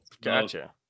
gotcha